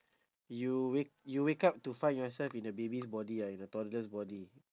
you wake you wake up to find yourself in a baby's body you're in a toddler's body